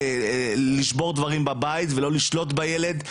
לשבור דברים בבית ולא לשלוט בילד.